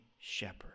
shepherd